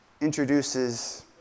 introduces